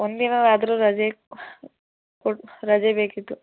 ಒಂದಿನನಾದ್ರೂ ರಜೆ ಕೊಟ್ಟು ರಜೆ ಬೇಕಿತ್ತು